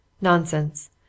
Nonsense